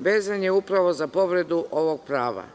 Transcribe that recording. vezan je upravo za povredu ovog prava.